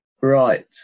right